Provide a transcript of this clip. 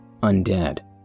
undead